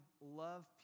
love